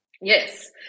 Yes